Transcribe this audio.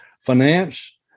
finance